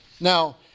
Now